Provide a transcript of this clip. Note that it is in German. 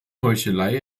heuchelei